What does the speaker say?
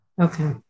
Okay